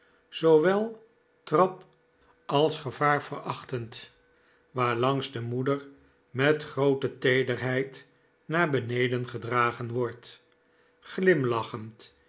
zoowel trap als gevaar verachtend waarlangs de moeder met groote teederheid naar beneden gedragen wordt glimlachend